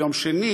ביום שני.